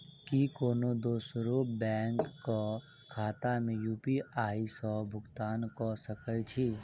की कोनो दोसरो बैंक कऽ खाता मे यु.पी.आई सऽ भुगतान कऽ सकय छी?